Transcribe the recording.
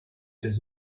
does